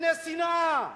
מפני שנאה,